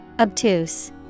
Obtuse